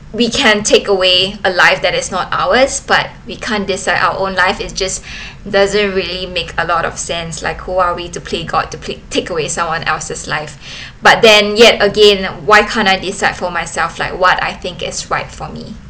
we can take away a live that is not ours but we can't decide our own life is just doesn't really make a lot of sense like who are we to pray god to pla~ take away someone else's life but then yet again why can't I decide for myself like what I think is right for me